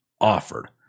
offered